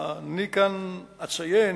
אני אציין,